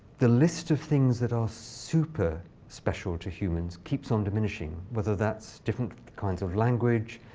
the list of things that are super special to humans keeps on diminishing, whether that's different kinds of language,